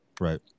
Right